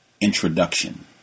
Introduction